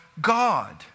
God